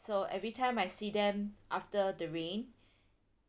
so every time I see them after the rain